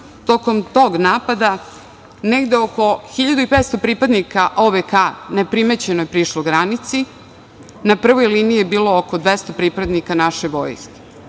Tokom tog napada, negde oko 1.500 pripadnika OVK neprimećeno je prišlo granici, na prvoj liniji je bilo oko 200 pripadnika naše vojske. Krvava